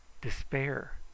despair